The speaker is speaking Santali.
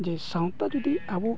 ᱡᱮ ᱥᱟᱶᱛᱟ ᱡᱩᱫᱤ ᱟᱵᱚ